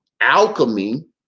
alchemy